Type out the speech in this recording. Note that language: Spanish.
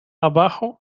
abajo